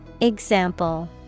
Example